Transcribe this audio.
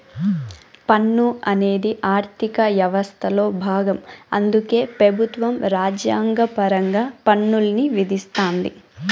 పన్ను అనేది ఆర్థిక యవస్థలో బాగం అందుకే పెబుత్వం రాజ్యాంగపరంగా పన్నుల్ని విధిస్తాది